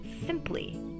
simply